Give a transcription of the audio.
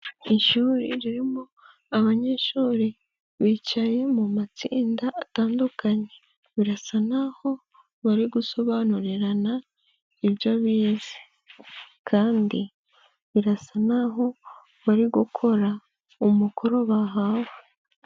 Ishuri ririmo abanyeshuri bicaye mu matsinda atandukanye, birasa n'aho bari gusobanurirana ibyo bize kandi birasa n'aho bari gukora umukoro bahawe.